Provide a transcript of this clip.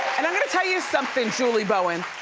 and i'm going to tell you something, julie bowen.